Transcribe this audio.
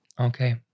Okay